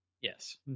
Yes